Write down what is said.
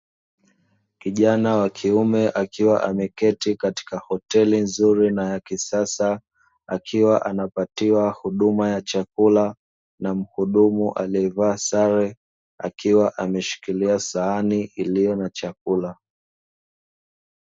Kijana wa kiume akiwa ameketi katika hoteli nzuri na ya kisasa, akiwa anapatiwa huduma ya chakula na mhudumu aliyevaa sare, akiwa ameshikilia sahani iliyo na chakula.